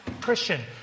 Christian